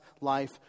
life